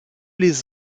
les